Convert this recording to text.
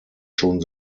schon